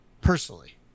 Personally